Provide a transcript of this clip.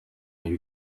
you